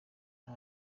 nta